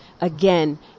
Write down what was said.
again